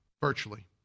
virtually